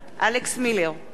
בעד סטס מיסז'ניקוב,